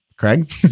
Craig